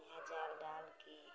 यह जाल डाल के